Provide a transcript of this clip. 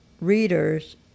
readers